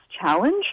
challenge